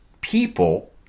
people